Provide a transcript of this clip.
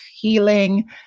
healing